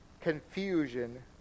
Confusion